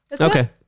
Okay